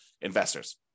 investors